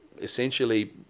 essentially